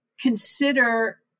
consider